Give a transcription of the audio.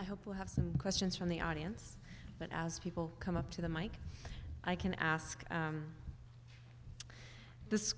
i hope we'll have some questions from the audience but as people come up to the mike i can ask you this